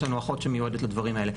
יש לנו אחות שמיועדת לדברים האלה.